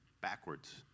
backwards